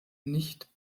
nicht